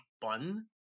bun